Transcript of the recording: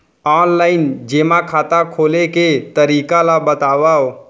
Online जेमा खाता खोले के तरीका ल बतावव?